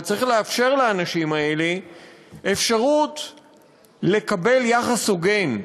צריך לאפשר לאנשים האלה לקבל יחס הוגן,